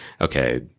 okay